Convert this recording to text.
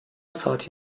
saati